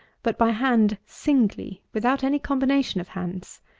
but by hand singly, without any combination of hands.